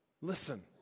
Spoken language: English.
listen